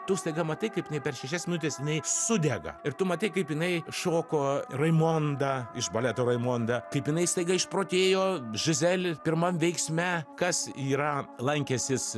tu staiga matai kaip jinai per šešias minutes jinai sudega ir tu matei kaip jinai šoko raimondą iš baleto raimonda kaip jinai staiga išprotėjo žizel pirmam veiksme kas yra lankęsis